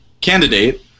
candidate